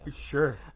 Sure